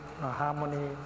harmony